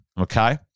okay